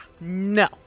No